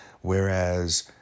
Whereas